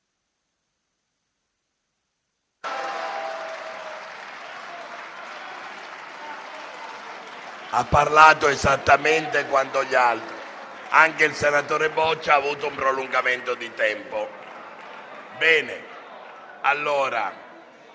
Ha parlato esattamente quanto gli altri; anche il senatore Boccia ha avuto un prolungamento del suo tempo.